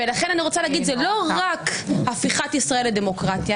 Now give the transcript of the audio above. ולכן זה לא רק הפיכת ישראל לדמוקרטיה,